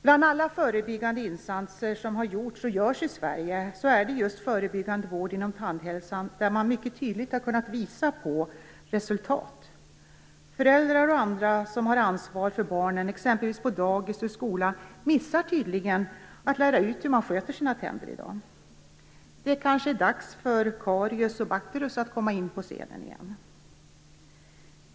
Bland alla förebyggande insatser som har gjorts och görs i Sverige har man just när det gäller förebyggande vård inom tandhälsan mycket tydligt kunnat visa på resultat. Föräldrar och andra som har ansvar för barnen, exempelvis på dagis och i skolan, missar tydligen att lära ut hur man sköter sina tänder i dag. Det är kanske dags för Karius och Bakterus att komma in på scenen igen.